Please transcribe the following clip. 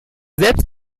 selbst